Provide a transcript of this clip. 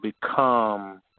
become